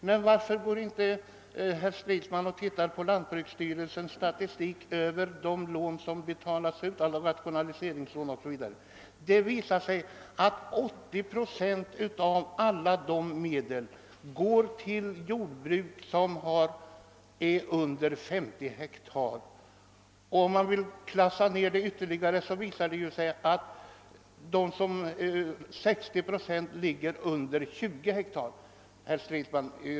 Men varför studerar inte herr Stridsman lantbruksstyrelsens statistik över de rationaliseringslån o. s. v. som betalas ut? 80 procent av dessa medel går till jordbruk som är mindre än 50 hektar och 60 procent till jordbruk som är mindre än 20 hektar.